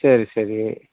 சரி சரி